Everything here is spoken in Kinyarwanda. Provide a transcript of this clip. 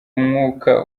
umwuka